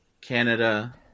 Canada